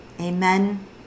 Amen